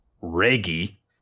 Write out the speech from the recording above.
Reggie